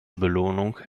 belohnung